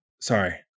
sorry